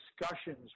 discussions